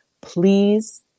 please